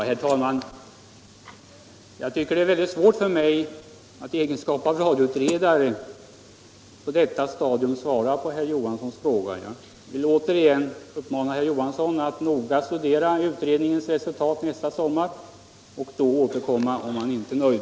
Herr talman! Det är svårt för mig i egenskap av radioutredare att på detta stadium svara på herr Johanssons i Skärstad fråga. Jag vill återigen uppmana herr Johansson att noga studera utredningens resultat nästa sommar och återkomma om han inte är nöjd.